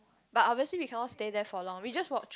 but obviously we cannot stay there for long we just walk